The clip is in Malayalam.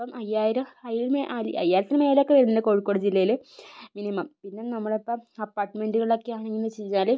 ഇപ്പം അയ്യായിരം അയ്യായിരത്തിന് മേലെ ഒക്കെ വരുന്നുണ്ട് കോഴിക്കോട് ജില്ലയിൽ മിനിമം പിന്നെ നമ്മളിപ്പം അപ്പാർട്ട്മെന്റുകളൊക്കെ ആണെന്ന് വെച്ച് കഴിഞ്ഞാൽ